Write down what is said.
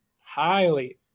highly